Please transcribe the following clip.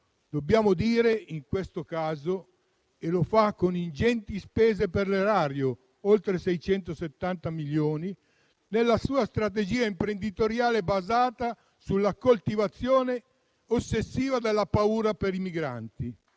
a passare all'incasso, con ingenti spese per l'erario, oltre 670 milioni, nella sua strategia imprenditoriale basata sulla coltivazione ossessiva della paura per i migranti.